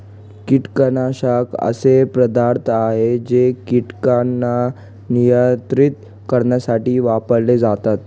कीटकनाशक असे पदार्थ आहे जे कीटकांना नियंत्रित करण्यासाठी वापरले जातात